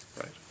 right